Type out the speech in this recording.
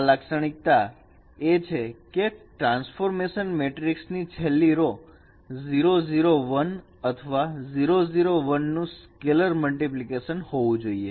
આ લાક્ષણિકતા એ છે કે ટ્રાન્સફોર્મેશન મેટ્રિક્સ ની છેલ્લી રો 0 0 1અથવા 0 0 1 નું સ્કેલર મલ્ટીપ્લિકેશન હોવું જોઈએ